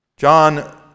John